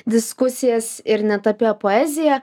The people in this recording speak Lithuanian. diskusijas ir net apie poeziją